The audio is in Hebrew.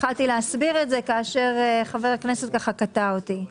התחלתי להסביר את זה כאשר חבר הכנסת קטע אותי.